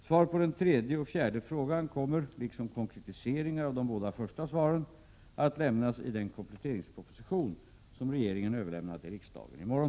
Svaren på den tredje och fjärde frågan kommer — liksom konkretiseringar av de båda första svaren — att lämnas i den kompletteringsproposition som regeringen överlämnar till riksdagen i morgon.